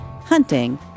hunting